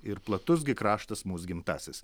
ir platus gi kraštas mūs gimtasis